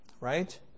right